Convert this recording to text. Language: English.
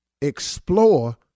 Explore